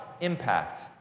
impact